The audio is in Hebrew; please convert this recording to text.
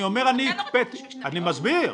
אני מסביר.